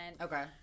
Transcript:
Okay